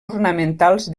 ornamentals